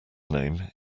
name